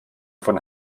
von